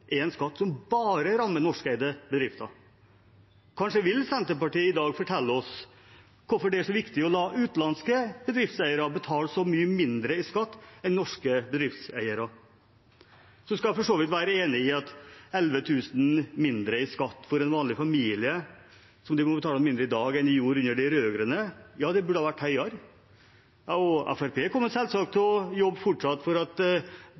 en skatt som bare rammer norskeide bedrifter. Kanskje vil Senterpartiet i dag fortelle oss hvorfor det er så viktig å la utenlandske bedriftseiere betale så mye mindre i skatt enn norske bedriftseiere. Jeg kan for så vidt være enig i at beløpet på 11 000 kr mindre i skatt for en vanlig familie, som de betaler mindre i dag enn de gjorde under de rød-grønne, burde ha vært høyere. Fremskrittspartiet kommer selvsagt fortsatt til å jobbe for at